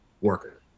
worker